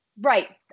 right